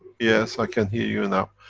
yes, i can hear you now.